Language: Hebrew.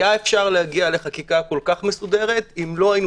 היה אפשר להגיע לחקיקה כל כך מסודרת אם לא היינו